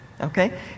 Okay